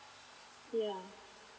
yeah